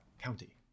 county